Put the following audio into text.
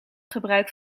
gebruik